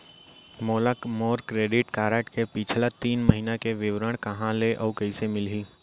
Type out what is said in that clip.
मोला मोर credit card के पिछला तीन महीना के विवरण कहाँ ले अऊ कइसे मिलही?